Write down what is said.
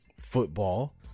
football